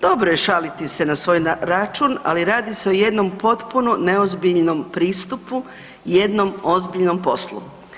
Dobro je šaliti se na svoj račun, ali radi se o jednom potpuno neozbiljnom pristupu i jednom ozbiljnom poslu.